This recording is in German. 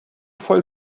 voll